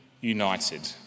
united